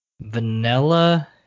vanilla